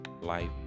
life